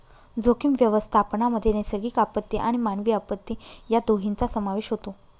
जोखीम व्यवस्थापनामध्ये नैसर्गिक आपत्ती आणि मानवी आपत्ती या दोन्हींचा समावेश होतो